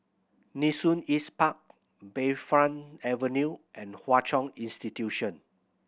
Nee Soon East Park Bayfront Avenue and Hwa Chong Institution